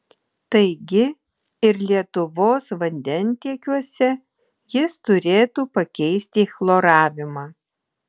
taigi ir lietuvos vandentiekiuose jis turėtų pakeisti chloravimą